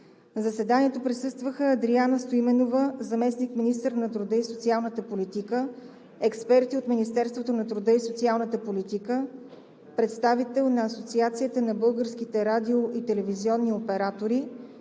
На заседанието присъстваха Адриана Стоименова, заместник-министър на труда и социалната политика, експерти от Министерството на труда и социалната политика, представител на Асоциацията на българските радио- и телевизионни оператори